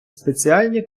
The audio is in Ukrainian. спеціальні